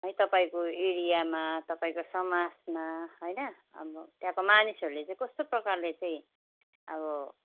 है तपाईँको एरियामा तपाईँको समाजमा होइन अब त्यहाँको मानिसहरूले चाहिँ कस्तो प्रकारले चाहिँ अब